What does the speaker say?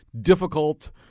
difficult